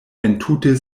entute